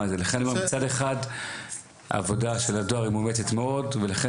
מצד אחד העבודה של הדואר היא מאומצת מאוד ולכן